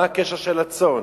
מה הקשר של הצאן?